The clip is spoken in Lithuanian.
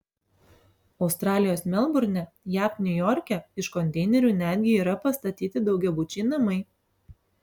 australijos melburne jav niujorke iš konteinerių netgi yra pastatyti daugiabučiai namai